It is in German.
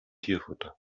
tierfutter